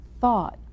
thought